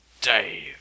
Dave